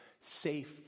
safe